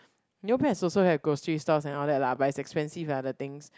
Neopets also have grocery stores and all that lah but it's expensive ah the things